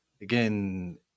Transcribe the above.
again